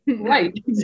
right